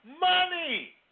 money